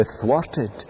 thwarted